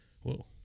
Whoa